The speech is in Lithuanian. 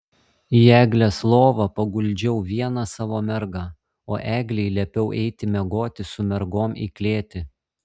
į eglės lovą paguldžiau vieną savo mergą o eglei liepiau eiti miegoti su mergom į klėtį